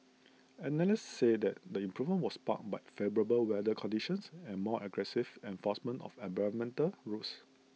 analysts said that the improvement was sparked by favourable weather conditions and more aggressive enforcement of environmental rules